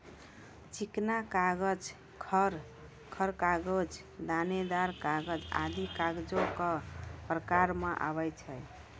चिकना कागज, खर खर कागज, दानेदार कागज आदि कागजो क प्रकार म आवै छै